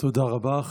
תודה רבה.